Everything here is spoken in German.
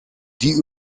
die